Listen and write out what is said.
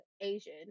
Asian